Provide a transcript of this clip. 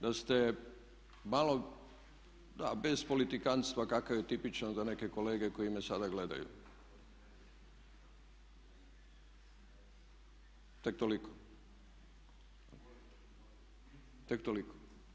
Da ste malo, bez politikantstva kakav je tipičan za neke kolege koji me sada gledaju, tek toliko.